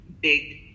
big